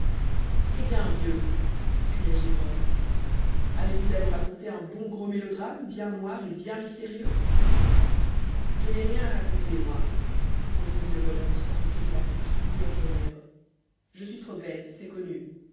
eh bien vieux cria gévrol avez-vous à nous raconter un bon gros mélodrame bien noir et bien mystérieux je n'ai rien à raconter moi répondit le bonhomme sans retirer la pipe soudée à ses lèvres je suis trop bête c'est connu